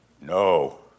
no